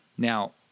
Now